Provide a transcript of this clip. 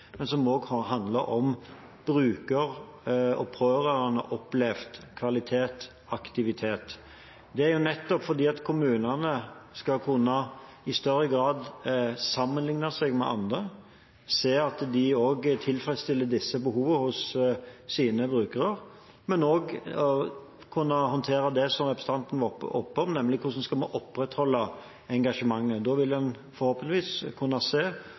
men også om bruker- og pårørende-opplevd kvalitet og aktivitet. Det er nettopp fordi kommunene i større grad skal kunne sammenligne seg med andre, se at også de tilfredsstiller disse behovene hos sine brukere, men også kunne håndtere det som representanten var innom, nemlig hvordan man skal kunne opprettholde engasjementet. Da vil man forhåpentligvis kunne se